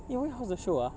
eh wait how's the show ah